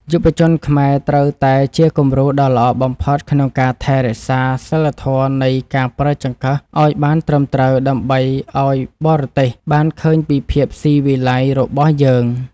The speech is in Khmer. យុវជនខ្មែរត្រូវតែជាគំរូដ៏ល្អបំផុតក្នុងការថែរក្សាសីលធម៌នៃការប្រើចង្កឹះឱ្យបានត្រឹមត្រូវដើម្បីឱ្យបរទេសបានឃើញពីភាពស៊ីវិល័យរបស់យើង។